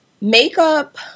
Makeup